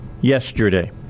yesterday